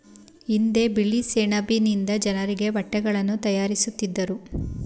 ಹಿಂದೆ ಬಿಳಿ ಸೆಣಬಿನಿಂದ ಜನರಿಗೆ ಬಟ್ಟೆಗಳನ್ನು ತಯಾರಿಸುತ್ತಿದ್ದರು